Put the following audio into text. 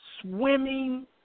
swimming